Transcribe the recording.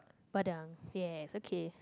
padang yes okay